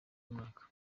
umwaka